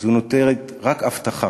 זו נותרת רק הבטחה.